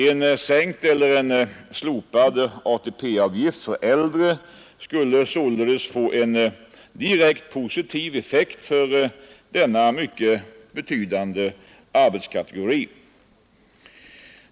En sänkt eller en slopad ATP-avgift för äldre skulle således få en direkt positiv effekt för denna mycket betydande arbetstagarkategori.